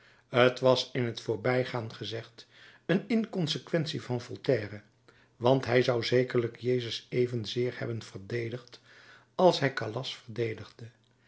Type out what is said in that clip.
t was in t voorbijgaan gezegd een inconsequentie van voltaire want hij zou zekerlijk jezus evenzeer hebben verdedigd als hij calas verdedigde